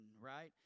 right